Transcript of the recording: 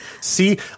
see